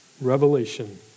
Revelation